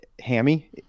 hammy